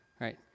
right